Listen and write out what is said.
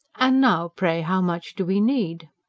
and now, pray, how much do we need?